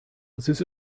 this